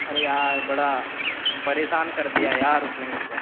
अरे यार बड़ा परेशान कर दिया यार उसने मेरे को